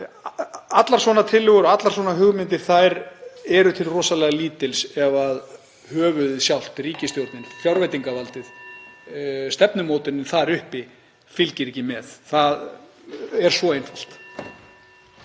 allar svona tillögur og hugmyndir eru til rosalega lítils ef höfuðið sjálft, ríkisstjórnin, fjárveitingavaldið og stefnumótunin þar uppi fylgir ekki með. Það er svo einfalt.